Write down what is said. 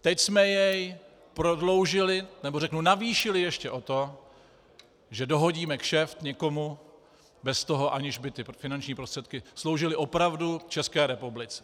Teď jsme jej prodloužili, nebo řeknu navýšili ještě o to, že dohodíme kšeft někomu bez toho, aniž by finanční prostředky sloužily opravdu České republice.